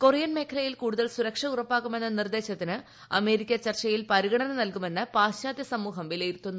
Korean മേഖലയിൽ കൂടുതൽ സുരക്ഷ ഉറപ്പാക്കുമെന്ന നിർദ്ദേശത്തിന് അമേരിക്ക ചർച്ചയിൽ പരിഗണന നൽകുമെന്ന് പാശ്ചാത്യ സമൂഹം വിലയിരുത്തുന്നു